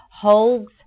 holds